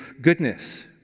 goodness